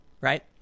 right